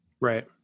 Right